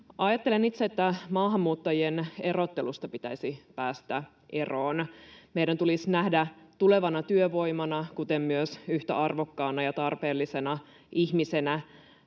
Ajattelen itse, että maahanmuuttajien erottelusta pitäisi päästä eroon. Meidän tulisi nähdä ne ihmiset tulevana työvoimana kuten myös yhtä arvokkaina ja tarpeellisina ihmisinä,